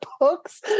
books